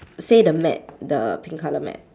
say the mat the pink colour mat